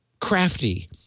crafty